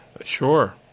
Sure